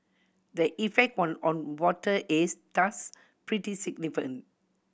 the effect on on water is thus pretty significant